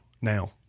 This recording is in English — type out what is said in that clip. Now